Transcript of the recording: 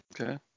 Okay